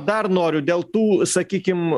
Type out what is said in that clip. dar noriu dėl tų sakykim